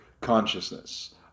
consciousness